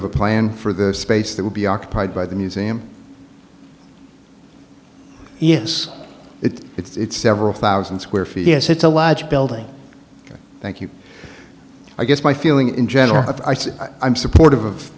have a plan for the space that would be occupied by the museum yes it's it's several thousand square feet yes it's a large building thank you i guess my feeling in general i'm supportive of